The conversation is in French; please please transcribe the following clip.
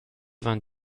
vingt